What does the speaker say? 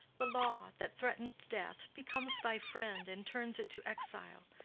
the law, that threat'ned death, becomes thy friend and turns it to exile.